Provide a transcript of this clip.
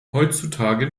heutzutage